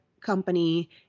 company